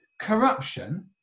Corruption